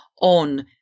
on